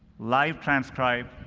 live transcribe,